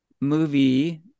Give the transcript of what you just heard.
movie